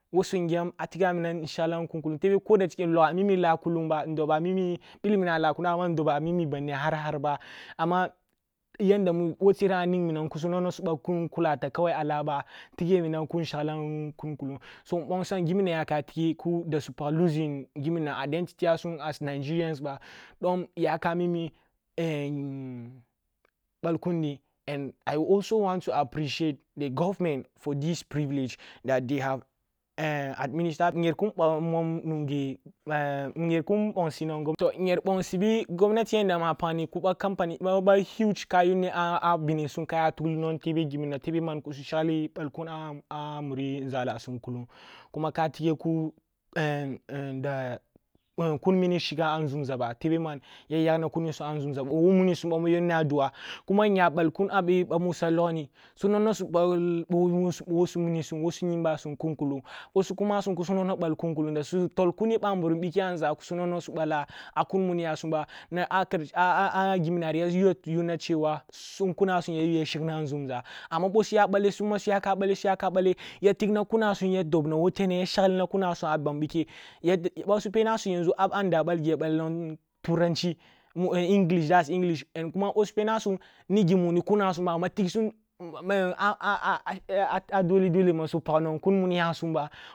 Wo su ngyam, a tiga minam nshaglam kun kulung tebe ko da shike nlogha mimilah kulung ba, ndoba mimi, ъilminam a lah kulung amma ndoba mimi har har ba amma yanda bo tram a nigminam khisu nono su bal kun kulata kawai a lah ba, tighe minam kun shaglam kun kulung, so nbonsam giminna yaka tighe kuh dasu pag loosing identity yasum as nigerians ba, ɗom yaka a mimi ъall kundi i will also want to appreciate the government for this privilage that they have administered inyer bongsibi govenati yanda mu a pagni ku a company nwong ъa huge ka yunni a binisum ka tugli nwong tebe gimmina tebe man kisu shaglee ъallkun a muri nzalhasum kulung kuma ka tighe kuh da kun mini shigah a nzumȝa ba tebe man ya yagna kuni sum a nȝumza bo wo munisum ba mu yunni a ɗua, kuma nya balkun ъi bamu swa logni, su nono ъal- wo su yinbisum, wo su munisum bo su kumasum kusu nono su ball kunkulung da su tol kune bamburum ike a nȝah a kun muni yasum ba ya yunna sum kunasum ya yu ya shigna a nȝumȝa amma ъo suya ъalle summa suyaka balleh suyaka balleh ya tigna kunasum ya dobna wo tenne ya sha glina kuma sum a ban bike ya a nda balgi ya ъll thranchi english ъo su penasum ni gimu ni kunasumba amma a dole dole masu pag kun mu niyasum.